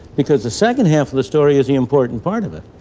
because the second half of the story is the important part of it.